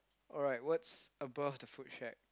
alright what's above the food shack